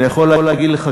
אני יכול להגיד לך,